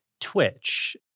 Twitch